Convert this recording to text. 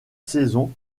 saison